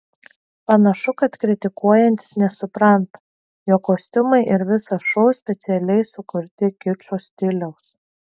panašu kad kritikuojantys nesupranta jog kostiumai ir visas šou specialiai sukurti kičo stiliaus